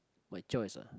my choice ah